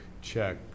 check